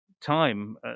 time